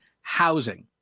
housing